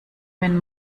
wenn